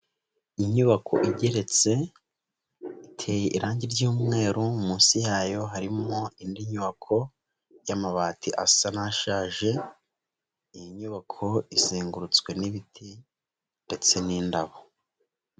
Inyubako igeretse iteye irangi ry'umweru, munsi yayo harimo indi nyubako y'amabati asa n'ashaje, iyi nyubako izengurutswe n'ibiti ndetse n'indabo.